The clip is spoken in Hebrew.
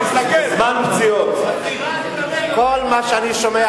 כל מה שאני שומע,